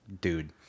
Dude